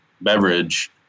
beverage